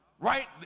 right